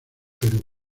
perú